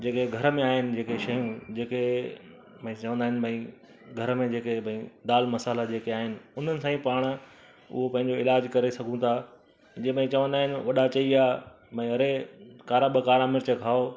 जेके घर में आहिनि जेके शयूं जेके भई चवंदा आहिनि भई घर में जेके भई दालि मसाला जेके आहिनि उन्हनि सां ई पाणि उहो पंहिंजो इलाजु करे सघूं था जे भई चवंदा आहिनि वॾा चई विया भई अड़े कारा ॿ कारा मिर्च खाओ